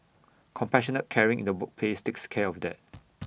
compassionate caring in the workplace takes care of that